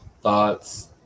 thoughts